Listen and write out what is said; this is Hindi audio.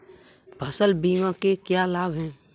फसल बीमा के क्या लाभ हैं?